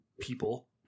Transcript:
people